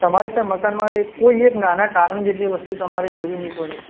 તમારે સર મકાનમાં એ કોઈ એક નાનાં ટાંકણી જેટલી વસ્તુ તમારે જોવી નહીં પડે